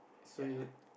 ya